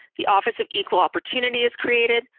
the office of equal opportunity is created.